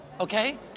okay